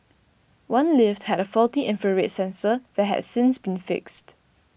one lift had a faulty infrared sensor that has since been fixed